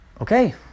Okay